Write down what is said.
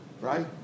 right